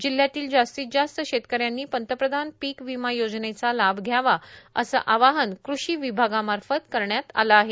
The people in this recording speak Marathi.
जिल्ह्यातील जास्तीत जास्त शेतकऱ्यांनी पंतप्रधान पीक विमा योजनेचा लाभ घ्यावाए असं आवाहन कृषि विभागामार्फत करण्यात आलं आहे